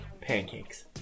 pancakes